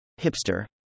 Hipster